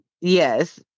Yes